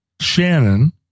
Shannon